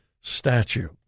statue